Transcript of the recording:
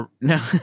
No